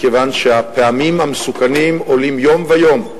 מכיוון שהפעמים המסוכנים עולים יום ויום,